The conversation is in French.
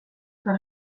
par